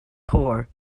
poor